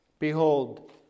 Behold